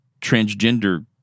transgender